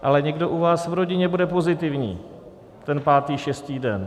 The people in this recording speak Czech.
Ale někdo u vás v rodině bude pozitivní ten pátý, šestý den.